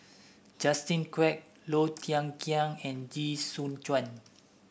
Justin Quek Low Thia Khiang and Chee Soon Juan